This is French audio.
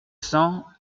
cents